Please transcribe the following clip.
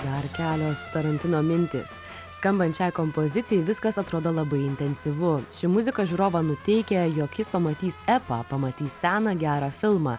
dar kelios tarantino mintys skambant šiai kompozicijai viskas atrodo labai intensyvu ši muzika žiūrovą nuteikia jog jis pamatys epą pamatys seną gerą filmą